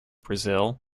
brazil